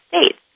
States